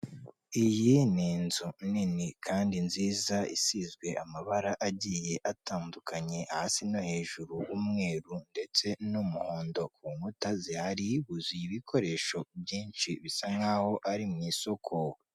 Iyi ni inzu nini kandi nziza isizwe amabara agiye atandukanye, hasi no hejuru umweru ndetse n'umuhondo, ku nkuta zihari huzuye ibikoresho byinshi bisa nk'aho ari mu isoko.